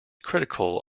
critical